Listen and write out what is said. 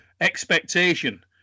expectation